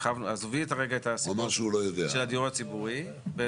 עזבי רגע את הדיור הציבורי.